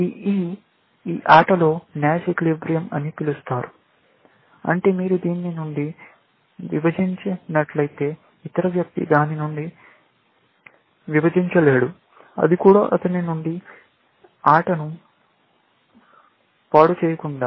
ఈ E ఈ ఆటలో నాష్ ఈక్విలిబ్రియం అని పిలుస్తారు అంటే మీరు దీని నుండి విభజించి నట్లయితే ఇతర వ్యక్తి దాని నుండి విభజించలేడు అది కూడా అతని నుండి ఆటను పాడుచేయకుండా